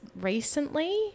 recently